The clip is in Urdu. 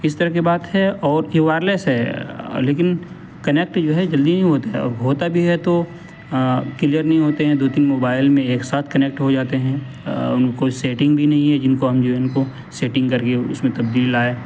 اس طرح کی بات ہے اور یہ وائرلیس ہے لیکن کنیکٹ جو ہے جلدی نہیں ہوتا ہے اور ہوتا بھی ہے تو کلیئر نہیں ہوتے ہیں دو تین موبائل میں ایک ساتھ کنیکٹ ہو جاتے ہیں ان کو سیٹنگ بھی نہیں ہے جن کو ہم جو ہے ان کو سیٹنگ کر کے اس میں تبدیلی لائے